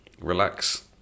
Relax